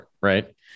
right